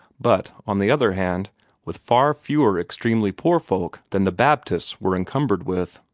but on the other hand with far fewer extremely poor folk than the baptists were encumbered with.